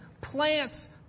plants